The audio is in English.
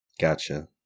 Gotcha